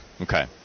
Okay